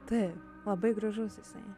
tai labai gražus jisai